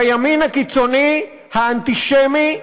בימין הקיצוני האנטישמי,